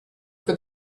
for